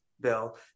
bill